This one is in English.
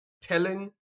telling